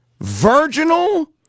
virginal